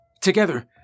Together